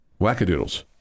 wackadoodles